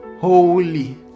holy